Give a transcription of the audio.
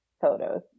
photos